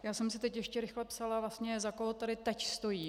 Já jsem si teď ještě rychle psala vlastně, za koho tady teď stojím.